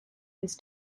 his